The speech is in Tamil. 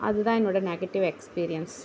அது தான் என்னோட நெகட்டிவ் எக்ஸ்பீரியன்ஸ்